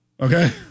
Okay